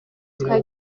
twa